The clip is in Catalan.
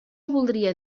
voldria